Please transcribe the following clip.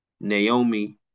Naomi